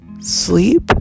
sleep